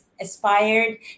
aspired